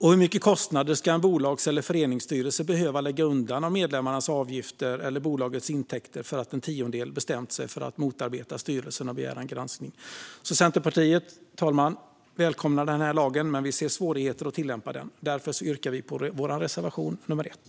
Hur stora kostnader ska en bolags eller föreningsstyrelse behöva lägga undan av medlemmarnas avgifter eller bolagets intäkter för att en tiondel bestämt sig för att motarbeta styrelsen och begära en granskning? Fru talman! Centerpartiet välkomnar den här lagen, men vi ser svårigheter att tillämpa den. Därför yrkar vi bifall till vår reservation nr 1.